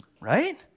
right